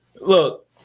Look